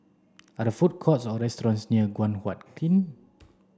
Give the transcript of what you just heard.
are the food courts or restaurants near Guan Huat Kiln